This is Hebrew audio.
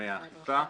גורמי האכיפה.